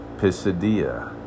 pisidia